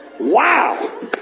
Wow